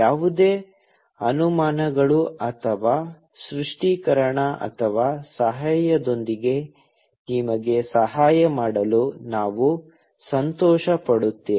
ಯಾವುದೇ ಅನುಮಾನಗಳು ಅಥವಾ ಸ್ಪಷ್ಟೀಕರಣ ಅಥವಾ ಸಹಾಯದೊಂದಿಗೆ ನಿಮಗೆ ಸಹಾಯ ಮಾಡಲು ನಾವು ಸಂತೋಷಪಡುತ್ತೇವೆ